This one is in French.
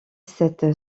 cette